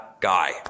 guy